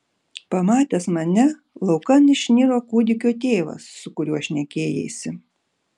pamatęs mane laukan išniro kūdikio tėvas su kuriuo šnekėjaisi